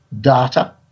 data